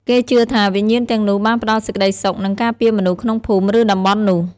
គេជឿថាវិញ្ញាណទាំងនោះបានផ្តល់សេចក្តីសុខនិងការពារមនុស្សក្នុងភូមិឬតំបន់នោះ។